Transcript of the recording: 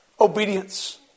obedience